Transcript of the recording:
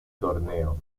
torneo